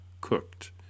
cooked